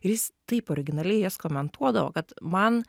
ir jis taip originaliai jas komentuodavo kad man